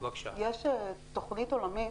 יש תוכנית עולמית,